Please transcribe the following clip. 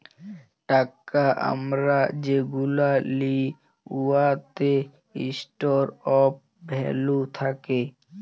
টাকা আমরা যেগুলা লিই উয়াতে ইস্টর অফ ভ্যালু থ্যাকে